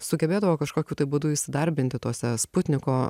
sugebėdavo kažkokiu būdu įsidarbinti tose putniko